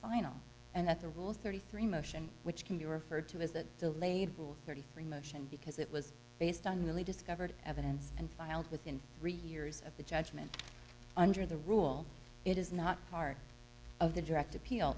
final and that the rules thirty three motion which can be referred to as that delayed rule thirty three motion because it was based on newly discovered evidence and filed within three years of the judgment under the rule it is not part of the direct appeal